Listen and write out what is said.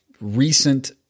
recent